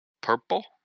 Purple